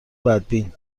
بدبین